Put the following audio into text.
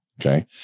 Okay